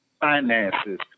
finances